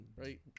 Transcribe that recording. right